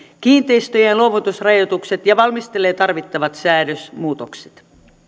kiinteistöjen luovutusrajoitukset ja valmistelee tarvittavat säädösmuutokset